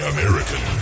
American